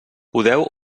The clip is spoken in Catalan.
podeu